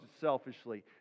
selfishly